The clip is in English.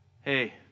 Hey